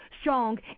strong